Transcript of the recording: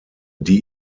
die